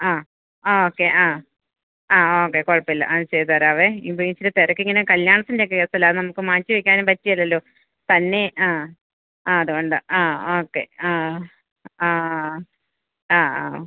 ആ ആ ഓക്കെ ആ ആ ഓക്കെ കുഴപ്പമില്ല അത് ചെയ്ത് തരാമേ ഇത് ഇച്ചിരി തിരക്ക് ഇങ്ങനെ കല്ല്യാണത്തിന്റെ കേസിലാണ് നമുക്ക് മാറ്റി വെയ്ക്കാനും പറ്റില്ലല്ലോ തന്നെ ആ ആ അത്കൊണ്ടാണ് ആ ഓക്കെ ആ ആ ആ ആണോ